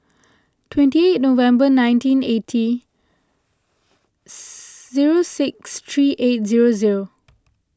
twenty eight November nineteen eighty zero six three eight zero zero